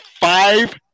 five